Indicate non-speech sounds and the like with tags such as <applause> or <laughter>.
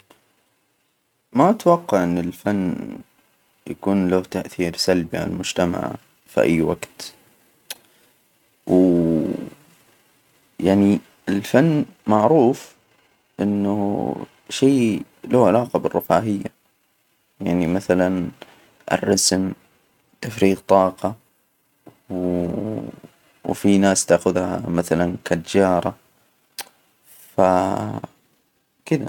ما أتوقع إن الفن يكون له تأثير سلبي على المجتمع في أي وجت. <hesitation> و يعني الفن معروف إنه شي له علاقة بالرفاهية، يعني مثلا الرسم تفريغ طاقة، و- وفيه ناس تاخدها مثلا كتجارة، ف <hesitation> كده.